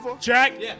Jack